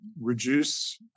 reduce